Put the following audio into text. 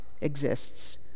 exists